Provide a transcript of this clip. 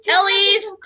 Ellie's